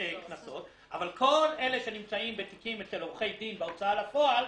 אבל כל אלה שנמצאים בתיקים אצל עורכי דין בהוצאה לפועל,